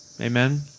Amen